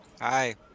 hi